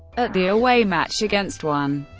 at the away match against one.